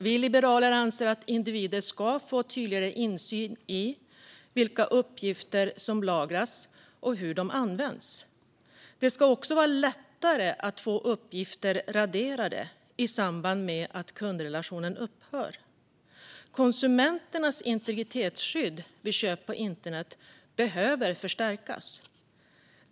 Vi liberaler anser att individer ska få tydligare insyn i vilka uppgifter som lagras och hur de används. Det ska också vara lättare att få uppgifter raderade i samband med att kundrelationen upphör. Konsumenternas integritetsskydd vid köp på internet behöver förstärkas.